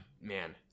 man